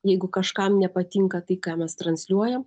jeigu kažkam nepatinka tai ką mes transliuojam